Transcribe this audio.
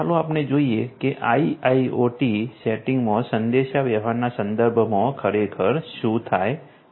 ચાલો આપણે જોઈએ કે આઈઆઈઓટી સેટિંગમાં સંદેશાવ્યવહારના સંદર્ભમાં ખરેખર શું થાય છે